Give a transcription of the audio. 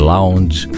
Lounge